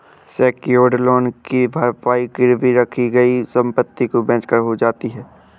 secured loan की भरपाई गिरवी रखी गई संपत्ति को बेचकर हो जाती है